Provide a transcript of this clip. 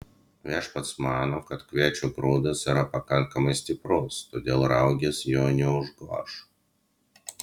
viešpats mano kad kviečio grūdas yra pakankamai stiprus todėl raugės jo neužgoš